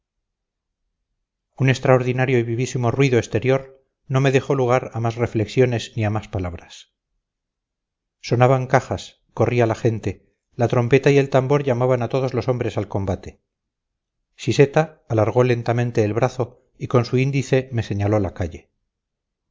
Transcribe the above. un extraordinario y vivísimo ruido exterior no me dejó lugar a más reflexiones ni a más palabras sonaban cajas corría la gente la trompeta y el tambor llamaban a todos los hombres al combate siseta alargó lentamente el brazo y con su índice me señaló la calle